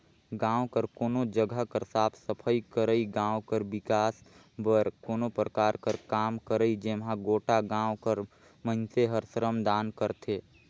गाँव कर कोनो जगहा कर साफ सफई करई, गाँव कर बिकास बर कोनो परकार कर काम करई जेम्हां गोटा गाँव कर मइनसे हर श्रमदान करथे